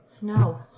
No